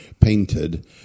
painted